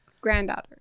granddaughter